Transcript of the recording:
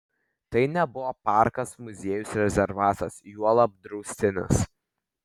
tai nebuvo parkas muziejus rezervatas juolab draustinis